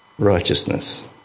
righteousness